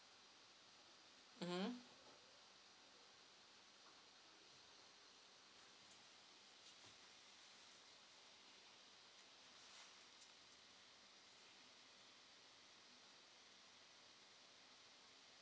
mmhmm